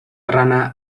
rana